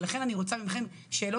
ולכן אני רוצה מכן שאלות,